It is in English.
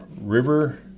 River